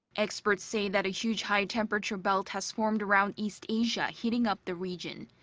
experts say that a huge high temperature belt has formed around east asia, heating up the region.